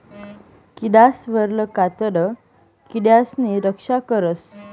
किडासवरलं कातडं किडासनी रक्षा करस